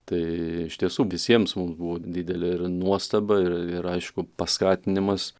tai iš tiesų visiems mum buvo didelė ir nuostaba ir ir aišku paskatinimas